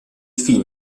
film